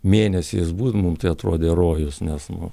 mėnesiais būt mum tai atrodė rojus nes nu